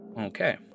okay